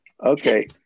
Okay